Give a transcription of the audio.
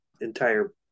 entire